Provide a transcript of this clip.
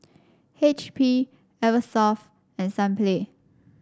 H P Eversoft and Sunplay